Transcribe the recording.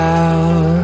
out